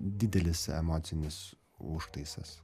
didelis emocinis užtaisas